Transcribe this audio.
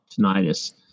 tinnitus